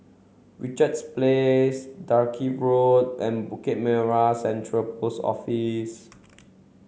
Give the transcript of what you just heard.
Richards Place Dalkeith Road and Bukit Merah Central Post Office